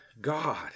god